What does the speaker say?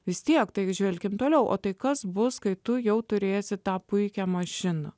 vis tiek tai žvelkime toliau o tai kas bus kai tu jau turėsi tą puikią mašiną